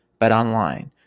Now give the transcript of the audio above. BetOnline